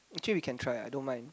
actually we can try ah I don't mind